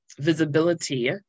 visibility